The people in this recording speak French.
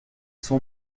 son